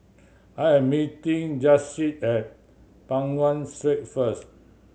I am meeting Jasiah at Peng Nguan Street first